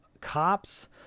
cops